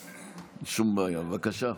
בבקשה.